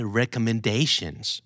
recommendations